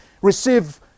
receive